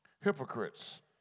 Hypocrites